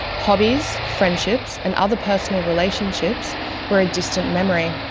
hobbies, friendships, and other personal relationships were a distant memory.